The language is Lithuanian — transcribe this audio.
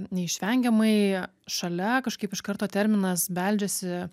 neišvengiamai šalia kažkaip iš karto terminas beldžiasi